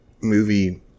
movie